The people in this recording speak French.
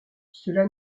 cela